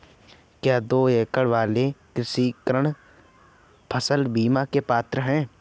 क्या दो एकड़ वाले कृषक फसल बीमा के पात्र हैं?